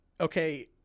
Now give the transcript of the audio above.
okay